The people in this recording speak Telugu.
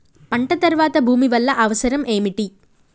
పంట తర్వాత భూమి వల్ల అవసరం ఏమిటి?